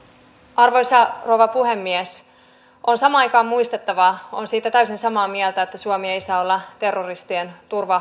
arvoisa rouva puhemies on samaan aikaan muistettava olen siitä täysin samaa mieltä että suomi ei saa olla terroristien